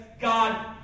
God